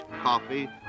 coffee